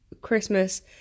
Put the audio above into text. Christmas